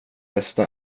bästa